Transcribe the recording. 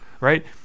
Right